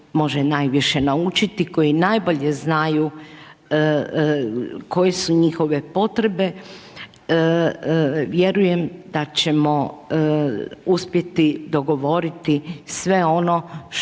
koji najbolje znaju koje su njihove potrebe. Vjerujem da ćemo uspjeti dogovoriti sve ono što